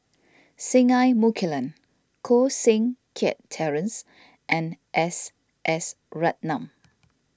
Singai Mukilan Koh Seng Kiat Terence and S S Ratnam